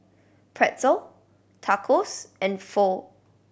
Pretzel Tacos and Pho